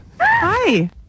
Hi